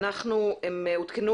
הערכים עודכנו